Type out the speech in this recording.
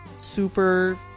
super